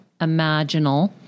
imaginal